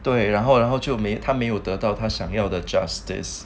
对然后然后就没他没有得到他想要的 justice